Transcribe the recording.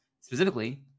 Specifically